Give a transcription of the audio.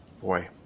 Boy